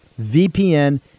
VPN